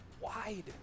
wide